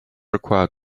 required